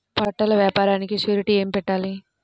బట్టల వ్యాపారానికి షూరిటీ ఏమి పెట్టాలి?